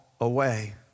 away